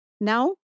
Now